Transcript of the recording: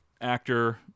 actor